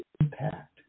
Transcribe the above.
impact